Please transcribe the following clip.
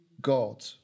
God